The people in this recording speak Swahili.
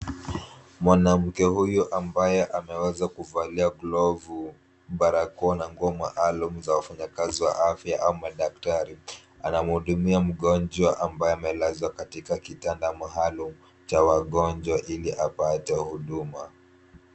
Mwanamke huyu ambaye ameweza kuvalia glovu, barakoa na nguo maalumu ya wafanyakazi wa afya au madaktari, anamhudumia mgonjwa ambaye amelazwa katika kitanda maalum cha wagonjwa ili apate huduma.